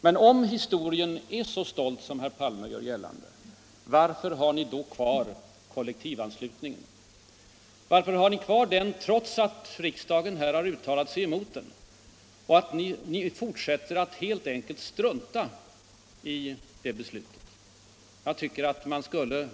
Men om socialdemokratins historia är så stolt som herr Palme gjorde gällande, varför har ni då kvar kollektivanslutningen, trots att riksdagen har uttalat sig emot den? Varför fortsätter ni med att strunta i riksdagens beslut?